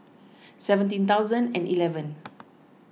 seventeen thousand and eleven